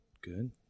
Good